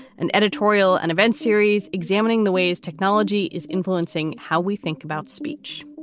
an editorial and event series examining the ways technology is influencing how we think about speech.